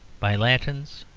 by latins,